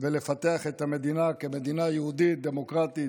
ולפתח את המדינה כמדינה יהודית דמוקרטית